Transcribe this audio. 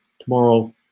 tomorrow